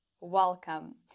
Welcome